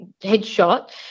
headshot